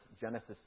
Genesis